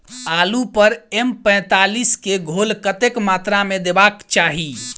आलु पर एम पैंतालीस केँ घोल कतेक मात्रा मे देबाक चाहि?